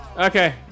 Okay